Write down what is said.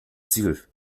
ziel